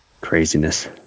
Craziness